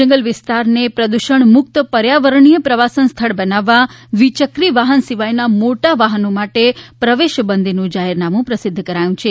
જંગલ વિસ્તારને પ્રદૃષણમુકત પર્યાવરણીય પ્રવાસન સ્થળ બનવવા દ્વિચક્રી વાહન સિવાયના મોટા વાહનો માટે પ્રવેશબંધીનું જાહેરનામું પ્રસિધ્ધ કરાયું છે